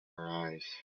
arise